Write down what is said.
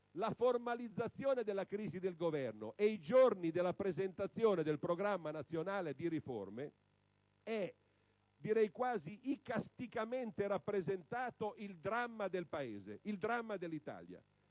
la formalizzazione della crisi del Governo e i giorni della presentazione del Programma nazionale di riforme è, direi quasi, icasticamente rappresentato il dramma del Paese: l'Italia